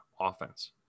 offense